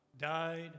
died